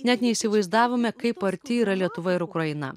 net neįsivaizdavome kaip arti yra lietuva ir ukraina